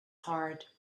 heart